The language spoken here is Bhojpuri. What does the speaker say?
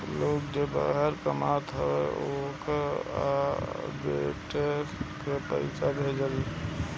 लोग जे बहरा कामत हअ उ आर्बिट्रेज से पईसा भेजेला